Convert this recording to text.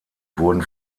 wurden